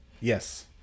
yes